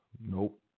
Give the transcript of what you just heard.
Nope